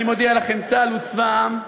אני מודיע לכם, צה"ל הוא צבא העם,